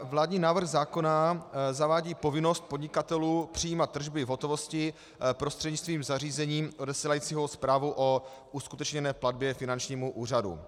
Vládní návrh zákona zavádí povinnost podnikatelů přijímat tržby v hotovosti prostřednictvím zařízení odesílajícího zprávu o uskutečněné platbě finančnímu úřadu.